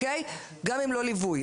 גם אם לא ליווי.